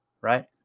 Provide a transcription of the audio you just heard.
right